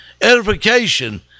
Edification